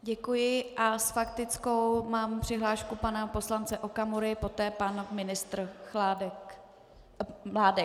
Děkuji a s faktickou mám přihlášku pana poslance Okamury, poté pan ministr Chládek . Mládek.